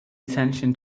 attention